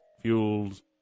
fuels